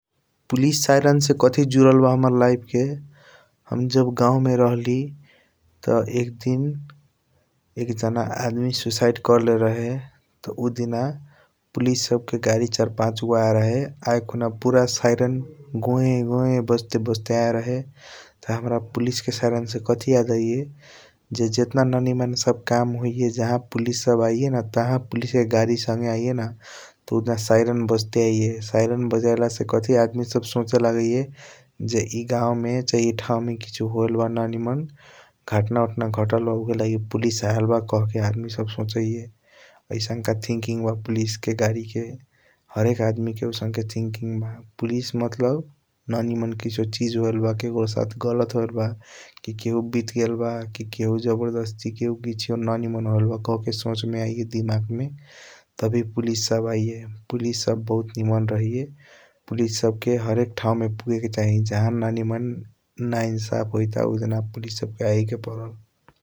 Police siren से कथी जूदल ब हाम्रा लाइफ के हम जब गऊ मे राहली त एकदिन एकजना आदमी सूइसाइड कर ले रहे । त उ दीना पुलिस सब के गाड़ी चार पाच गो आयल रहे आया खुना पूरा सैरण गोया गोया बजते बजते आयल रहे । त हाम्रा पुलिस के सैरणं से कथी याद आइय ज जताना ननीमान सब काम होइया जहा पुलिस सब आइय न तहा पुलिस के गाड़ी संगे आइय ना । त उआजन सैरण बजते आइय सैरण बजेला से कथी आदमी सब सोचे लागैया ज ई गऊ चाहे ई ठाऊ मे किसियों होयल ब ननिमन । घटना ओटन घातला ब उहएला पुलिस सब आयाल बा कहके आदमी सब सोचैया आइसनका थिंकिंग ब पुलिस के गाड़ी के । हरेक आदमी के आउसनके थिंकिंग बा पुलिस ननीमान किसीओ चीज होयलब ककरों साथ गलत होयल बा की केहु वित गेल बा । की केहु जबरदस्ती केहु किसियों ननीमान होयल बा कहके सोच मे आइय दियांग मे तवो पुलिस सब आइय पुलिस सब बारी निमन रहिया । पुलिस सब के हरेक ठाऊ मे पुगे के चाही जहा ननीमान नाईसाफ़ होइट बा उजान पुलिस सब के आयके पर्ल ।